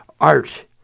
art